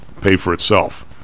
pay-for-itself